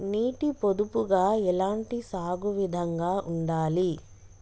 నీటి పొదుపుగా ఎలాంటి సాగు విధంగా ఉండాలి?